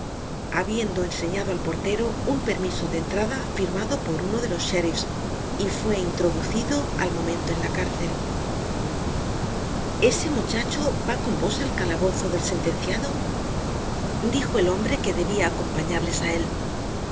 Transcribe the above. habiendo enseñado al portero un permiso de entrada firmado por uno de los cherifs y fué introducido al momento en la cárcel ese muchacho vá con vos al calabozo del sentenciado content from google book search generated at dijo el hombre que debia acompañarles á él no